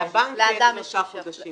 לבנק יש שלושה חודשים